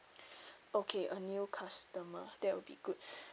okay a new customer that would be good